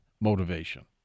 motivation